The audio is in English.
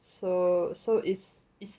so so is is